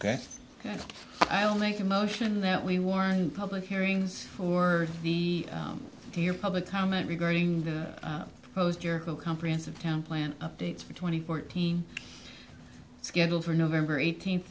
that i'll make a motion that we warn public hearings for the dear public comment regarding their most careful comprehensive town plan updates for twenty fourteen scheduled for november eighteenth